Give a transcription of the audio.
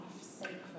sacred